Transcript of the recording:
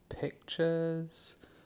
pictures